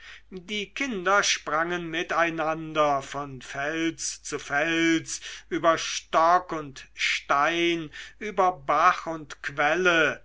die kinder sprangen miteinander von fels zu fels über stock und stein über bach und quelle